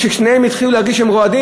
כששניהם התחילו להרגיש שהם רועדים,